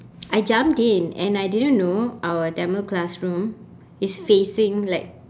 I jumped in and I didn't know our tamil classroom is facing like